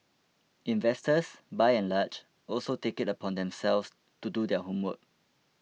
investors by and large also take it upon themselves to do their homework